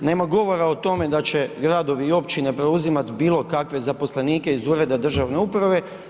Nema govora o tome da će gradovi i općine preuzimati bilo kakve zaposlenika iz ureda državne uprave.